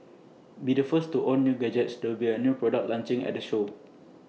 be the first to own new gadgets there will be A new products launching at the show